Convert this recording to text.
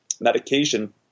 medication